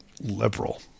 liberal